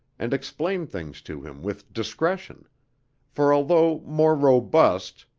and explain things to him with discretion for, although more robust,